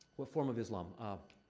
what form of islam? um.